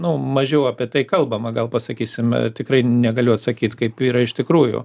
nu mažiau apie tai kalbama gal pasakysime tikrai negaliu atsakyt kaip yra iš tikrųjų